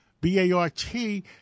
B-A-R-T